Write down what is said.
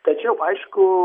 tačiau aišku